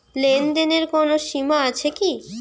লেনদেনের কোনো সীমা আছে কি?